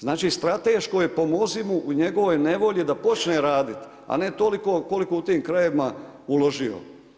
Znači strateško je pomozi mu u njegovoj nevolji da počne raditi, a ne toliko koliko u tim krajevima uložio.